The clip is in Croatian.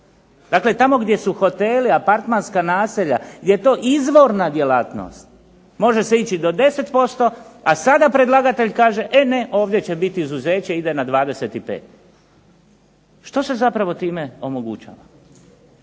Dakle, tamo gdje su hoteli, apartmanska naselja, gdje je to izvorna djelatnost može se ići do 10%, a sada predlagatelj kaže e ne ovdje će biti izuzeće, ide na 25. Što se zapravo time omogućava?